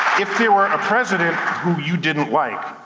if there were a president who you didn't like,